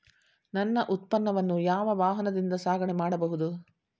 ನನ್ನ ಉತ್ಪನ್ನವನ್ನು ಯಾವ ವಾಹನದಿಂದ ಸಾಗಣೆ ಮಾಡಬಹುದು?